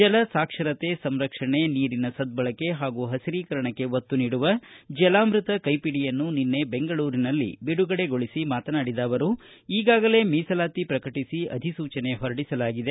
ಜಲ ಸಾಕ್ಷರತೆ ಸಂರಕ್ಷಣೆ ನೀರಿನ ಸದ್ದಳಕೆ ಹಾಗೂ ಪಸಿರೀಕರಣಕ್ಕೆ ಒತ್ತು ನೀಡುವ ಜಲಾಮೃತ ಕೈಪಿಡಿಯನ್ನು ನಿನ್ನೆ ಬೆಂಗಳೂರಿನಲ್ಲಿ ಬಿಡುಗಡೆಗೊಳಿಸಿ ಮಾತನಾಡಿದ ಅವರು ಈಗಾಗಲೇ ಮೀಸಲಾತಿ ಪ್ರಕಟಿಸಿ ಅಧಿಸೂಚನೆ ಹೊರಡಿಸಲಾಗಿದೆ